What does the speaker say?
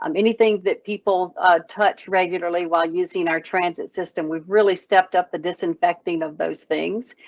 um anything that people touch regularly while using our transit system, we've really stepped up the disinfecting of those things.